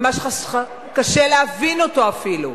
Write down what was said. ממש קשה להבין אותו אפילו.